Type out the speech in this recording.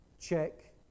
check